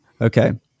Okay